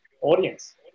audience